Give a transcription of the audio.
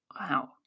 wow